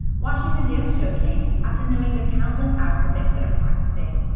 watching the dance showcase after knowing the countless hours they put in practicing,